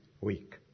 week